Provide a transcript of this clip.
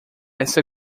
essa